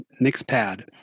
Mixpad